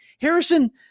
Harrison